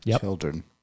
children